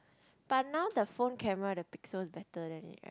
but now the phone camera the pixels better than it